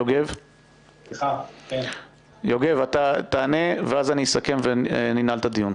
יוגב, תענה, ואז אני אסכם וננעל את הדיון.